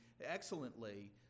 excellently